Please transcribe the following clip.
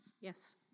Yes